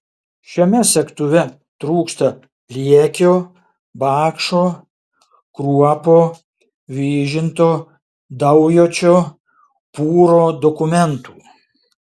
šiame segtuve trūksta liekio bakšo kruopo vyžinto daujočio pūro dokumentų